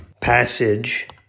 passage